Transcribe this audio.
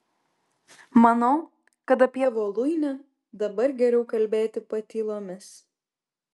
manau kad apie voluinę dabar geriau kalbėti patylomis